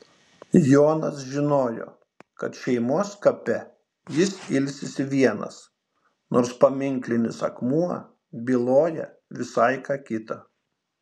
jonas žinojo kad šeimos kape jis ilsisi vienas nors paminklinis akmuo byloja visai ką kita